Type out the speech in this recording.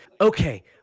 okay